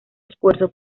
esfuerzo